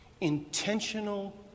intentional